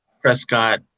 Prescott